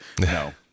No